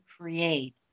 create